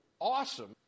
awesome